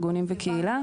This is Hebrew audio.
ארגונים וקהילה.